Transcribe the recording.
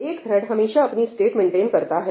एक थ्रेड हमेशा अपनी स्टेट मेंटेन करता है